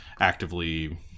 actively